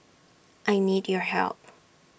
I need your help